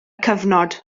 cyfnod